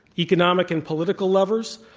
economic and political lovers,